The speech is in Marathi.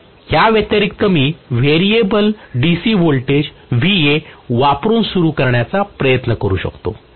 तर या व्यतिरिक्त मी व्हेरिएबल DC व्होल्टेज वापरुन सुरू करण्याचा प्रयत्न करू शकतो